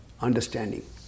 understanding